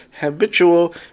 habitual